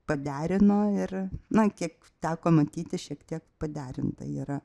paderino ir na kiek teko matyti šiek tiek paderinta yra